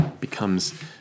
becomes